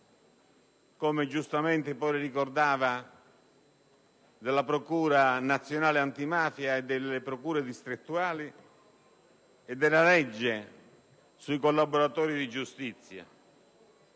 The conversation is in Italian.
come giustamente si ricordava, della procura nazionale antimafia, delle procure distrettuali e della legge sui collaboratori di giustizia,